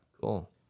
Cool